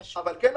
-- אבל כן אמרתי,